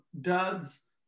duds